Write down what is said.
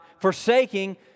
forsaking